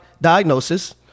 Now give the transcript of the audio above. diagnosis